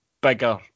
Bigger